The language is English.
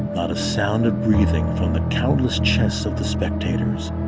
not a sound of breathing from the countless chests of the spectators.